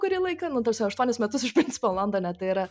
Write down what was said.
kurį laiką nu ta prasme aštuonis metus iš principo londone tai yra